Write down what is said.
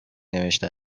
نوشته